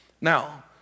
Now